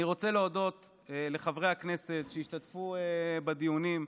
אני רוצה להודות לחברי הכנסת שהשתתפו בדיונים,